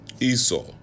esau